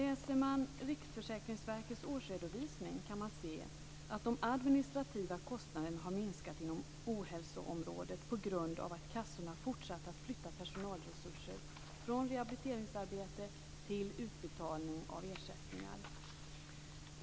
Läser man Riksförsäkringsverkets årsredovisning kan man se att de administrativa kostnaderna har minskat inom ohälsoområdet på grund av att kassorna fortsatt att flytta personalresurser från rehabiliteringsarbete till utbetalning av ersättningar.